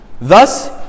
Thus